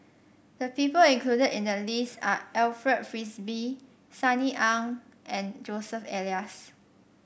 the people included in the list are Alfred Frisby Sunny Ang and Joseph Elias